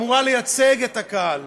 אמורה לייצג את הקהל,